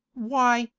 why,